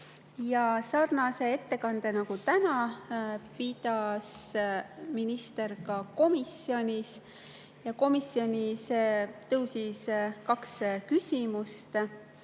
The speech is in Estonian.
Sarnase ettekande nagu täna pidas minister ka komisjonis. Komisjonis [tekkis] kaks küsimust.